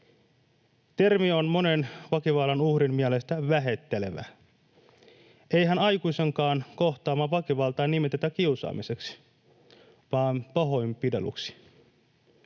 Termi on monen väkivallan uhrin mielestä vähättelevä. Eihän aikuisenkaan kohtaamaa väkivaltaa nimetä kiusaamiseksi vaan pahoinpitelyksi.